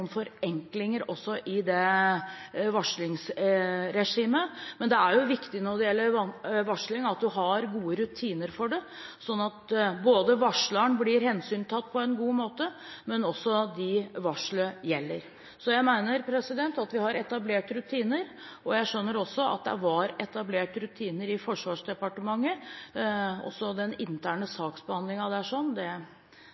forenklinger også i det varslingsregimet. Men når det gjelder varsling, er det viktig at du har gode rutiner for den, sånn at både varsleren blir hensyntatt på en god måte og også dem varselet gjelder. Jeg mener vi har etablerte rutiner, og jeg skjønner også at det var etablert rutiner i Forsvarsdepartementet. Når det gjelder den interne